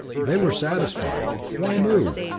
they were satisfied why move?